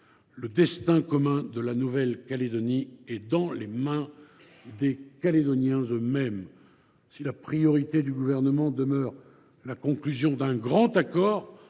le destin commun de la Nouvelle Calédonie est dans les mains des Calédoniens eux mêmes. Si la priorité du Gouvernement demeure la conclusion d’un grand accord